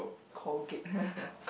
Colgate